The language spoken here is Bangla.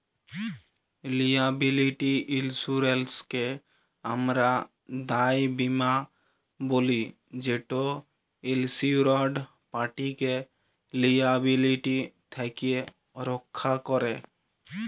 লিয়াবিলিটি ইলসুরেলসকে আমরা দায় বীমা ব্যলি যেট ইলসিওরড পাটিকে লিয়াবিলিটি থ্যাকে রখ্যা ক্যরে